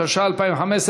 התשע"ה 2015,